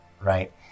right